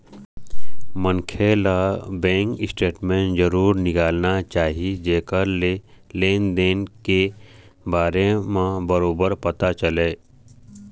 मनखे ल bank statement जरूर निकालना चाही जेखर ले लेन देन के बारे म बरोबर पता चलय